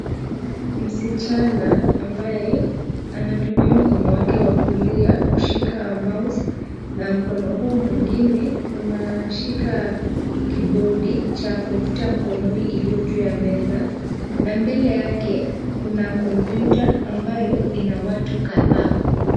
Msichana ambaye anatumia mkono wake wa kulia kushika mouse na mkono huu mwingine unashika kibodi cha kompyuta mkononi iliyo juu ya meza na mbele yake kuna kompyuta ambayo ina watu kadhaa.